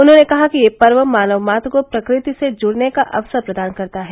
उन्होंने कहा कि यह पर्व मानव मात्र को प्रकृति से जुड़ने का अवसर प्रदान करता है